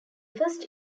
first